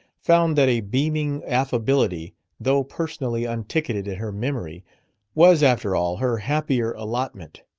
found that a beaming affability though personally unticketed in her memory was, after all, her happier allotment.